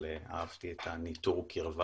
אבל אהבתי את ה"ניטור קירבה".